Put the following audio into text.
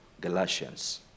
Galatians